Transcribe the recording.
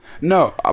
No